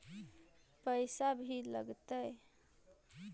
पैसा भी लगतय?